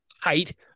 height